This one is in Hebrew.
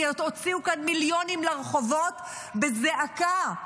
הוציאו כאן מיליונים לרחובות בזעקה,